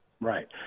Right